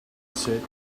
set